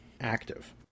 active